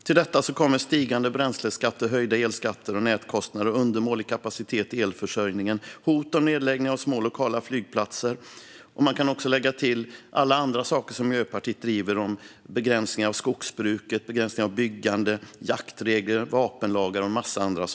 Till detta kommer stigande bränsleskatter, höjda elskatter och nätkostnader, undermålig kapacitet i elförsörjningen och hot om nedläggning av små lokala flygplatser. Jag kan också lägga till sådant som Miljöpartiet driver om begränsningar av skogsbruk, begränsningar av byggande, jaktregler, vapenlagar och en massa annat.